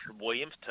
Williams